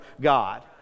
God